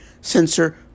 sensor